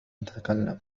تتكلم